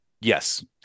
Yes